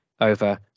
over